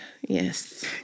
Yes